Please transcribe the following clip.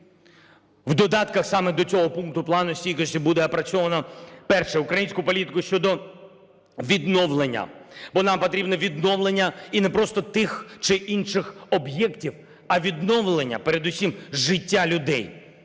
В додатках саме до цього пункту Плану стійкості буде опрацьовано, перше, українську політику щодо відновлення. Бо нам потрібне відновлення і не просто тих чи інших об'єктів, а відновлення передусім життя людей.